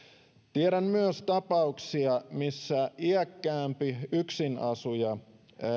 tiedän myös tapauksia missä iäkkäämpi yksinasuja